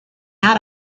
out